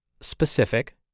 specific